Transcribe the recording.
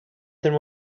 than